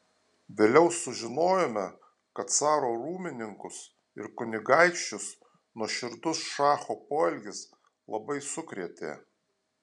vėliau sužinojome kad caro rūmininkus ir kunigaikščius nuoširdus šacho poelgis labai sukrėtė